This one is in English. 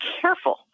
careful